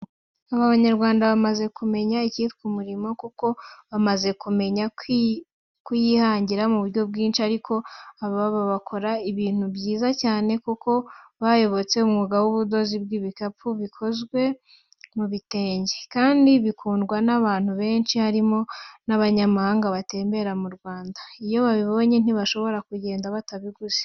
Abanyarwanda bamaze kumenya icyitwa umurimo, kuko bamaze kumenya kuyihangira mu buryo bwinshi ariko aba bo bakora ibintu byiza cyane kuko bayobotse umwuga w'ubudozi bw'ibikapu bikozwe mu bitenge. Kandi bikundwa n'abantu benshi, harimo n'abanyamahanga batembera mu Rwanda. Iyo babibonye ntibashobora kugenda batabiguze.